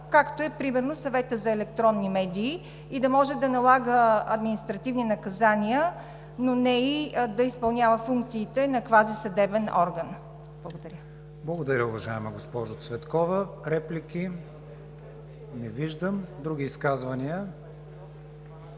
както е примерно Съветът за електронни медии и да може да налага административни наказания, но не и да изпълнява функциите на квази съдебен орган. Благодаря. ПРЕДСЕДАТЕЛ КРИСТИАН ВИГЕНИН: Благодаря, уважаема госпожо Цветкова. Реплики? Не виждам. Други изказвания?